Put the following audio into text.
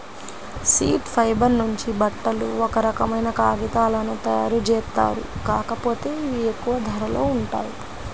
seed fibre నుంచి బట్టలు, ఒక రకమైన కాగితాలను తయ్యారుజేత్తారు, కాకపోతే ఇవి ఎక్కువ ధరలో ఉంటాయి